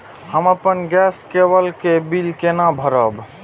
हम अपन गैस केवल के बिल केना भरब?